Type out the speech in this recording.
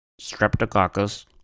streptococcus